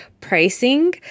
pricing